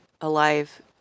alive